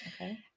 Okay